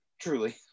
Truly